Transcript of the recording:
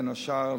בין השאר,